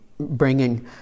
bringing